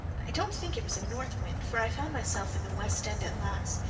i don't think it was a north wind, for i found myself in the west end at last.